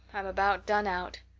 i'm about done out.